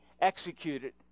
executed